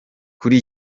kuri